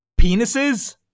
Penises